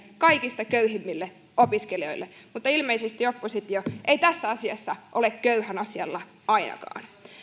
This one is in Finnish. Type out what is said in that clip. kaikista köyhimmille opiskelijoille mutta ilmeisesti oppositio ei tässä asiassa ole köyhän asialla ainakaan